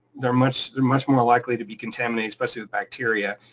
they are much much more likely to be contaminated, especially with bacteria.